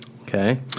Okay